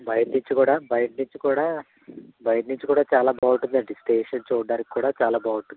బయట నుంచి కూడా బయట నుంచి కూడా బయట నుంచి కూడా చాలా బాగుంటుందండి స్టేషన్ చూడటానికి కూడా చాలా బాగుంటుంది